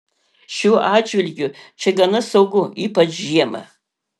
šiuo atžvilgiu čia gana saugu ypač žiemą